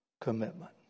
commitment